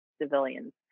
civilians